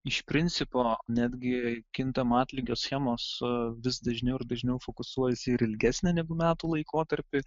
iš principo netgi kintamo atlygio schemos su vis dažniau ir dažniau fokusuojasi ir į ilgesnį negu metų laikotarpį